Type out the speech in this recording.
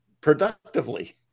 productively